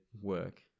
work